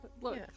Look